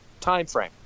timeframe